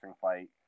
fight